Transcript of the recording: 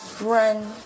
Run